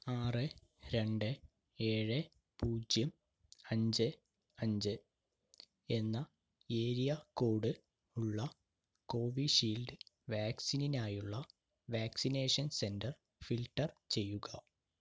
ആറ് രണ്ട് ഏഴ് പൂജ്യം അഞ്ച് അഞ്ച് എന്ന ഏരിയ കോഡ് ഉള്ള കോവിഷീൽഡ് വാക്സിനിനായുള്ള വാക്സിനേഷൻ സെൻറ്റർ ഫിൽട്ടർ ചെയ്യുക